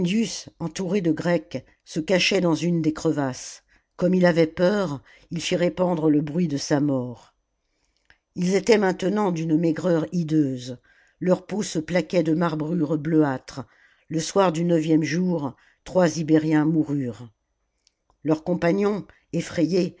entouré de grecs se cachait dans une des crevasses comme il avait peur il fit répandre le bruit de sa mort ils étaient maintenant d'une maigreur hideuse leur peau se plaquait de marbrures bleuâtres le soir du neuvième jour trois ibériens moururent leurs compagnons effrayés